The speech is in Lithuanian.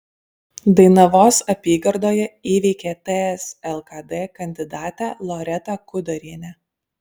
dainavosi apygardoje įveikė ts lkd kandidatę loretą kudarienę